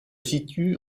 situe